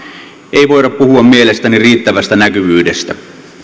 ei voida puhua mielestäni riittävästä näkyvyydestä